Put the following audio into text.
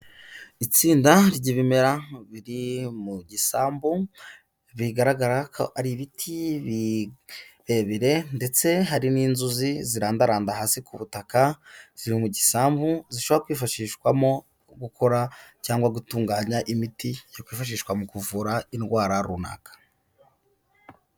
Itsinda ry'ibimera, biri mu gisambu, bigaragara ko ari ibiti birebire ndetse hari n'inzuzi zirandaramba hasi ku butaka, ziri mu gisambu, zishobora kwifashishwamo gukora cyangwa gutunganya imiti yakwifashishwa mu kuvura indwara runaka.